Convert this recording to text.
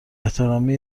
احترامی